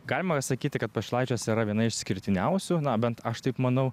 galima sakyti kad pašilaičiuose yra viena iš išskirtiniausių na bent aš taip manau